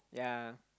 yeah